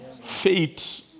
faith